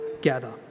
gather